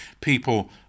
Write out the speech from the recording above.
people